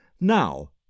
Now